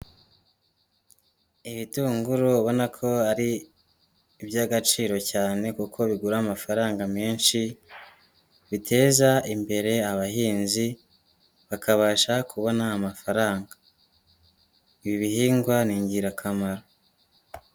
Ibitunguru ubona ko ari iby'agaciro cyane kuko bigura amafaranga menshi, biteza imbere abahinzi, bakabasha kubona amafaranga, ibi bihingwa ni ingirakamaro.